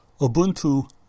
Ubuntu